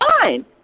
fine